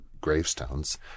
gravestones